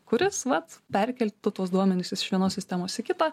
kuris vat perkeltų tuos duomenis iš vienos sistemos į kitą